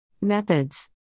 Methods